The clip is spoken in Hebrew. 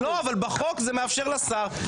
לא, אבל בחוק זה מאפשר לשר.